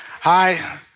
Hi